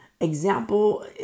Example